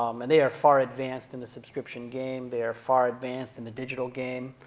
um and they are far advanced in the subscription game. they are far advanced in the digital game.